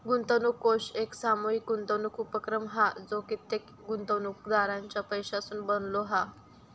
गुंतवणूक कोष एक सामूहीक गुंतवणूक उपक्रम हा जो कित्येक गुंतवणूकदारांच्या पैशासून बनलो हा